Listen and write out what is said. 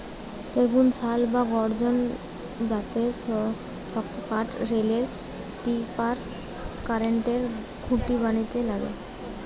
সেগুন, শাল বা গর্জন জাতের শক্তকাঠ রেলের স্লিপার, কারেন্টের খুঁটি বানাইতে লাগে